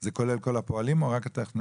זה כולל כל הפועלים או רק הטכנאים?